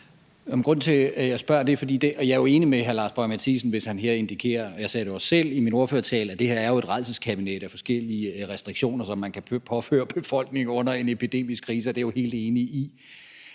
jeg sagde det også selv i min ordførertale – at det her jo er et rædselskabinet af forskellige restriktioner, som man kan påføre befolkningen under en epidemisk krise.